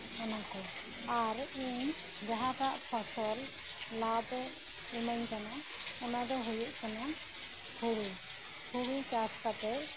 ᱚᱱᱟᱠᱚ ᱟᱨ ᱤᱧ ᱡᱟᱦᱟᱸᱴᱟᱜ ᱯᱷᱚᱥᱚᱞ ᱞᱟᱵᱷᱮ ᱤᱢᱟᱹᱧ ᱠᱟᱱᱟ ᱚᱱᱟᱫᱚ ᱦᱳᱭᱳᱜ ᱠᱟᱱᱟ ᱦᱳᱲᱳ ᱦᱳᱲᱳ ᱪᱟᱥ ᱠᱟᱛᱮᱫ